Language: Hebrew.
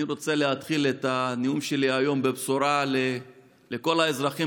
אני רוצה להתחיל את הנאום שלי היום בבשורה לכל האזרחים